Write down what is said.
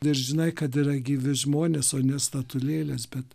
ir žinai kad yra gyvi žmonės o ne statulėlės bet